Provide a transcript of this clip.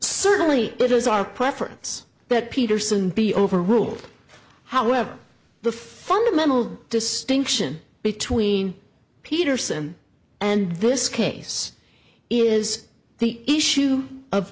certainly it is our preference that peterson be overruled however the fundamental distinction between peterson and this case is the issue of